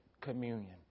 communion